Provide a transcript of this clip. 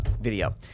video